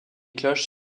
cloches